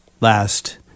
last